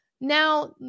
Now